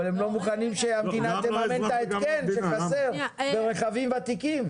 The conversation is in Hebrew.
אבל הם לא מוכנים שהמדינה תממן את ההתקן שחסר ברכבים ותיקים.